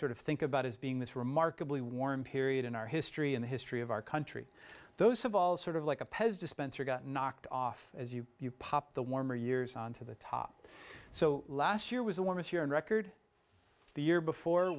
sort of think about as being this remarkably warm period in our history in the history of our country those have all sort of like a pez dispenser got knocked off as you you pop the warmer years on to the top so last year was the warmest year on record the year before